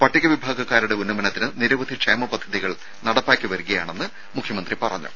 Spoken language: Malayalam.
പട്ടിക വിഭാഗക്കാരുടെ ഉന്നമനത്തിന് നിരവധി ക്ഷേമപദ്ധതികൾ നടപ്പാക്കി വരികയാണെന്ന് മുഖ്യമന്ത്രി പറഞ്ഞു